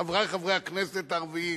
חברי חברי הכנסת הערבים,